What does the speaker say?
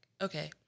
okay